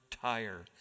tire